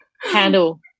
Handle